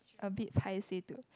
a bit paiseh to